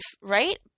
right